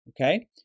okay